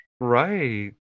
right